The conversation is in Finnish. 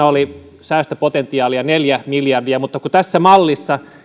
oli säästöpotentiaalia neljä miljardia mutta tässä mallissa